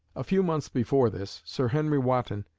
a few months before this sir henry wotton,